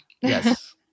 Yes